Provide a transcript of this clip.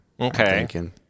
Okay